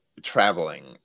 traveling